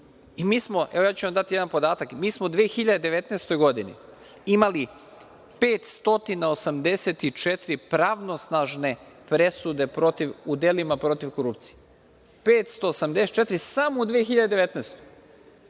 Mi smo, ja ću vam dati jedan podatak, mi smo u 2019. godini imali 584 pravnosnažne presude u delima protiv korupcije, 584 samo u 2019.